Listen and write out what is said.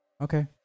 Okay